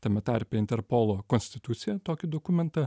tame tarpe interpolo konstituciją tokį dokumentą